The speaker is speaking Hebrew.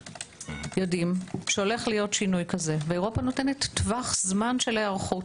יודעים שהולך להיות שינוי כזה ואירופה נותנת טווח זמן של היערכות.